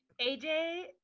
AJ